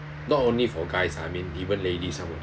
not only for guys I mean even ladies some of